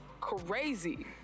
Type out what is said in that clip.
crazy